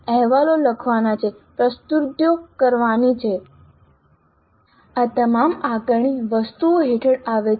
અહેવાલો લખવાના છે પ્રસ્તુતિઓ કરવાની છે આ તમામ આકારણી વસ્તુઓ હેઠળ આવે છે